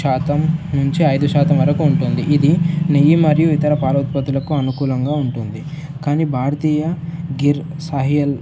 శాతం నుంచి ఐదు శాతం వరకు ఉంటుంది ఇది నెయ్యి మరియు ఇతర పాల ఉత్పత్తులకు అనుకూలంగా ఉంటుంది కానీ భారతీయ గిర్ సాహీవాల్